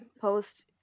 post